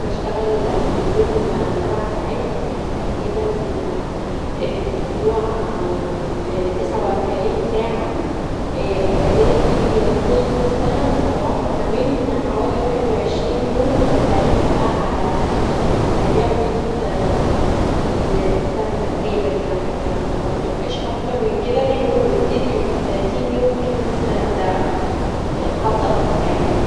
بشتغل في اليوم سبع ساعات يعني تقريبا في الاسبوع بتسعه و أربعين ساعه و اجازاتي طول السنه متراوحه ما بين حوالي واحد و عشرين يوم ومتوزعين بقي علي الأسابيع طول السنه تقريبا مبتبقاش اكتر من كدا و يوم ما بتزيد بتبقي تلاتين يوم طولت السنه حد اقصي يعني.